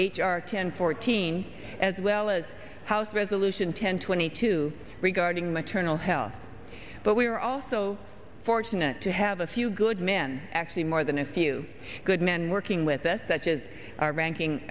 r ten fourteen as well as house resolution ten twenty two regarding maternal health but we are also fortunate to have a few good men actually more than a few good men working with us such as